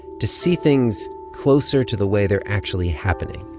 to see things closer to the way they're actually happening?